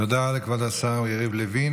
תודה לכבוד השר יריב לוין.